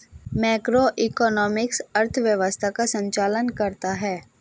macroeconomics अर्थव्यवस्था का संचालन करता है